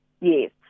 yes